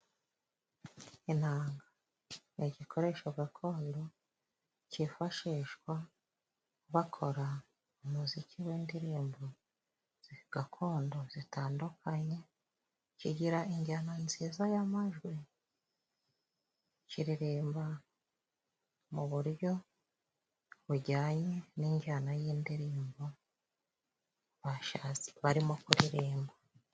Inanga ni igikoresho gakondo cyifashishwa bakora umuziki w'indirimbo gakondo zitandukanye. Kigira injyana nziza y'amajwi, my kiririmba mu buryo bujyanye n'injyana y'indirimbo bashatse barimo kuririmba.